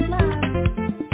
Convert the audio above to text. love